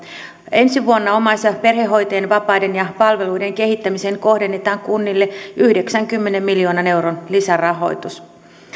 ensi vuonna omais ja perhehoitajien vapaiden ja palveluiden kehittämiseen kohdennetaan kunnille yhdeksänkymmenen miljoonan euron lisärahoitus